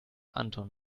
anton